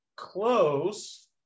Close